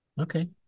Okay